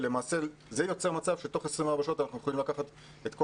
ולמעשה זה יוצר מצב שתוך 24 שעות אנחנו יכולים לקחת את כל